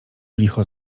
licho